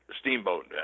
Steamboat